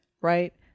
Right